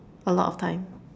a lot of time